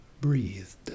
breathed